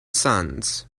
sons